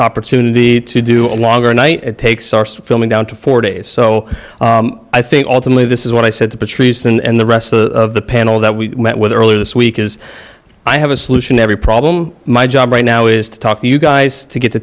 opportunity to do a longer night it takes filming down to four days so i think ultimately this is what i said to patrice and the rest of the panel that we met with earlier this week is i have a solution to every problem my job right now is to talk to you guys to get the